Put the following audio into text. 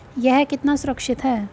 यह कितना सुरक्षित है?